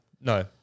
No